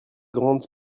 grandes